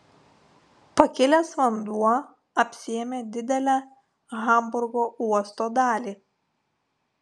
pakilęs vanduo apsėmė didelę hamburgo uosto dalį